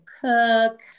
cook